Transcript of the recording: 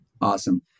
Awesome